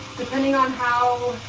depending on how